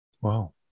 Wow